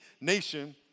nation